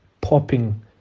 popping